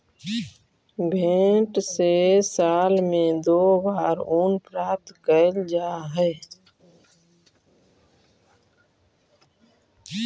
भेंड से साल में दो बार ऊन प्राप्त कैल जा हइ